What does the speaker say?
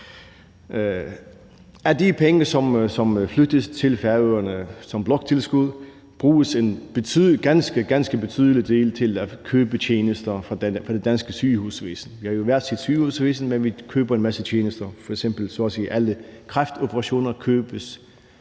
de penge, som flyttes til Færøerne som bloktilskud, bruges en ganske, ganske betydelig del til at købe tjenester fra det danske sygehusvæsen. Vi har jo hver sit sygehusvæsen, men vi køber en masse tjenester. F.eks. købes